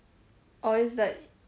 orh it's like